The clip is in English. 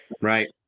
Right